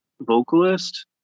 vocalist